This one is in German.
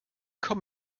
komm